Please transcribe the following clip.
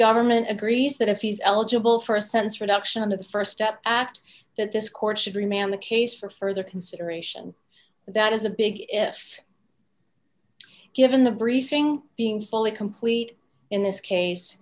government agrees that if he's eligible for a sense for adoption of the st step act that this court should remain on the case for further consideration that is a big if given the briefing being fully complete in this case